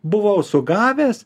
buvau sugavęs